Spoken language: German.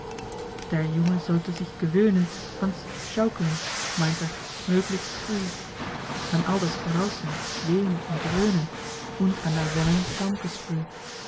der junge sollte sich gewöhnen ans schaukeln meint er möglichst früh an all das brausen wehn und dröhnen und an